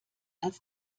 als